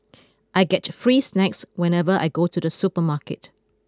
I get free snacks whenever I go to the supermarket